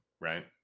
right